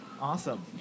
Awesome